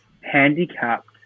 handicapped